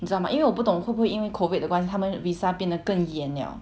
你知道吗因为我不懂会不会因为 COVID 的关系他们 visa 变得更严 liao